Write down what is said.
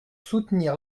soutenir